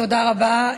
תודה רבה.